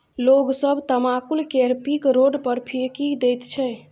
लोग सब तमाकुल केर पीक रोड पर फेकि दैत छै